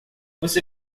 você